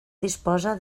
disposa